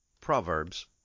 Proverbs